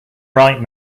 right